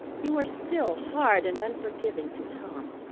you are still hard and unforgiving to tom.